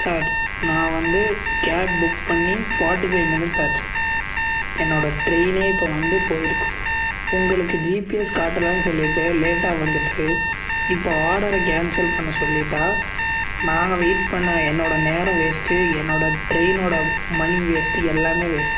sir நான் வந்து cab book பண்ணி ஃபாட்டி ஃபை மினிட்ஸ் ஆச்சு என்னோடய ட்ரெயின் இப்போ வந்து போயிருக்கும் உங்களுக்கு ஜிபிஎஸ் காட்டலேனு சொல்லிவிட்டு லேட்டாக வந்துவிட்டு இப்போ ஆர்டரை கேன்சல் பண்ண சொல்லிட்டால் நாங்கள் வெயிட் பண்ண என்னோடய நேரம் வேஸ்ட்டு என்னோடய ட்ரெயினோட மனி வேஸ்ட்டு எல்லாம் வேஸ்ட்